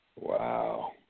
Wow